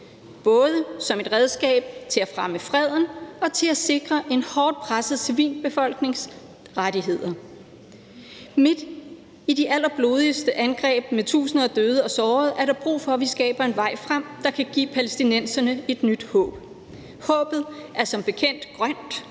både som et redskab til at fremme freden og for at sikre en hårdt presset civilbefolknings rettigheder. Midt i de allerblodigste angreb med tusinder af døde og sårede er der brug for, at vi skaber en vej frem, der kan give palæstinenserne et nyt håb. Håbet er som bekendt grønt,